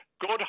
Good